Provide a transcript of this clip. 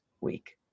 week